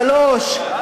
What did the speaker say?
שלוש,